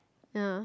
ya